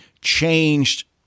changed